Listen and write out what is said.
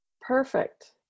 perfect